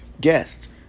guests